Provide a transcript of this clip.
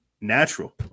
natural